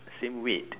same weight